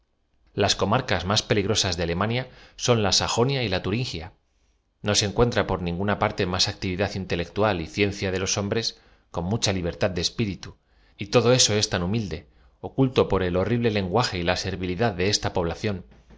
las co marcas más peligrosas de alem ania son la sajonia y la turingia no se encuentra por ninguna parte más actividad intelectual y ciencia de los hombres con mucha libertad do espíritu y todo eso es tan humilde oculto por el horrible lenguaje y la servílidad de esta población